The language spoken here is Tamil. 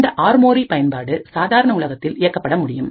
இந்த ஆர்மோரி பயன்பாடு சாதாரண உலகத்தில் இயக்கப்பட முடியும்